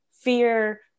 fear